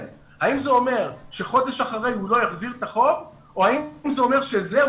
האם זה אומר שחודש אחרי הוא לא יחזיר את החוב או האם זה אומר שזהו,